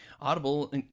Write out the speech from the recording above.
Audible